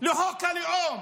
לחוק הלאום